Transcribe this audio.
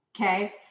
okay